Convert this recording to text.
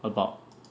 about